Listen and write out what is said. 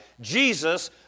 Jesus